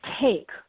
take